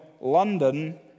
London